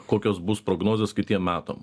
kokios bus prognozės kitiem metam